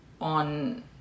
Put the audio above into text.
on